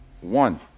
one